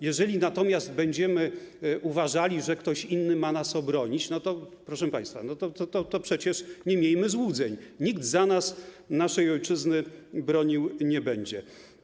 Jeżeli natomiast będziemy uważali, że ktoś inny ma nas obronić, to, proszę państwa, przecież nie miejmy złudzeń, nikt za nas naszej ojczyzny bronił nie będzie.